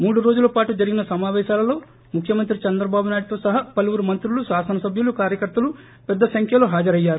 మూడు రోజుల పాటు జరిగిన సమాపేశాలలో ముఖ్యమంత్రి చంద్రబాబునాయుడుతో సహా పలువురు మంత్రులు శాసనసభ్యులు కార్యకర్తలు పెద్ద సంఖ్యలో హాజరయ్యారు